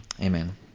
amen